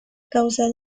causa